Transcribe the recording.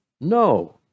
No